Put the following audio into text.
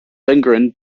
lindgren